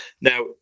Now